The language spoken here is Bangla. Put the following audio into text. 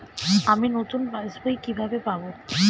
আমি নতুন পাস বই কিভাবে পাব?